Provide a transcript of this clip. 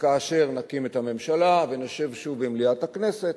כאשר נקים את הממשלה ונשב שוב במליאת הכנסת